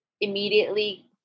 immediately